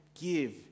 give